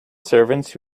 servants